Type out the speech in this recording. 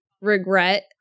regret